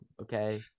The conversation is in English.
Okay